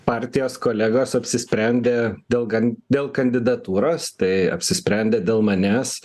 partijos kolegos apsisprendė dėl gan dėl kandidatūros tai apsisprendė dėl manęs